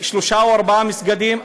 שלושה או ארבעה מסגדים.